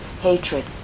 hatred